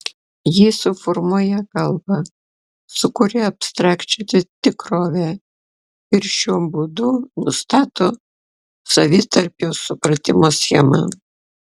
ji suformuoja kalbą sukuria abstrakčią tikrovę ir šiuo būdu nustato savitarpio supratimo schemą